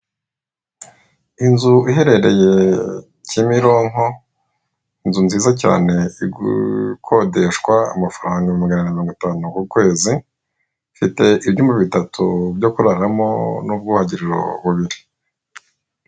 Inzu iherereye Kimironko inzu nziza cyane ikodeshwa amafaranga magana abiri mirongo itanu ku kwezi, ifite ibyumba bitatu byo kuraramo n'ubwogero bubiri.